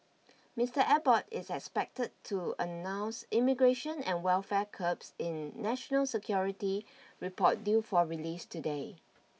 Mister Abbott is expected to announce immigration and welfare curbs in national security report due for release today